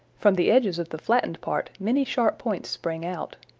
from the edges of the flattened part many sharp points spring out.